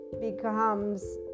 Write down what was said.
becomes